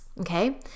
Okay